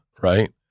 right